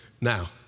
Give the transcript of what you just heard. Now